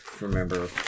remember